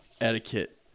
Etiquette